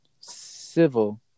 civil